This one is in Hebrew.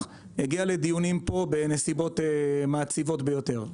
הגיעה לדיונים פה בנסיבות מעציבות ביותר,